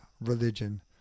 religion